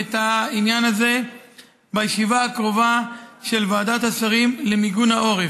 את העניין הזה בישיבה הקרובה של ועדת השרים למיגון העורף,